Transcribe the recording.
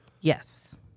Yes